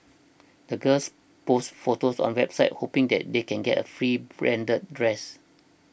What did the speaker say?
the girls posts photos on a website hoping that they can get a free branded dress